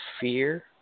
fear